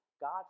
God